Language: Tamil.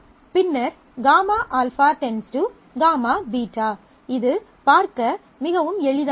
பின்னர் γ α → γ β இது பார்க்க மிகவும் எளிதானது